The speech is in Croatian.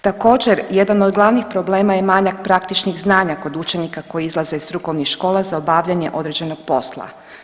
Također jedan od glavnih problema je manjak praktičnih znanja kod učenika koji izlaze iz strukovnih škola za obavljanje određenog posla.